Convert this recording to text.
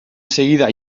segida